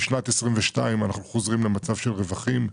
בשנת 2022 אנחנו חוזרים למצב של רווחים,